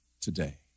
today